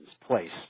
place